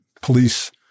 Police